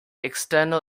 external